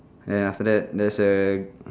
ya after that there's the